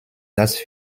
das